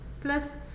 plus